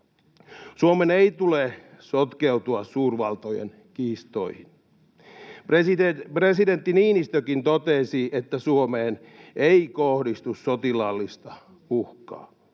Suomen ei tule sotkeutua suurvaltojen kiistoihin. Presidentti Niinistökin totesi, että Suomeen ei kohdistu sotilaallista uhkaa.